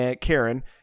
Karen